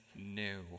new